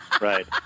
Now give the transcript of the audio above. Right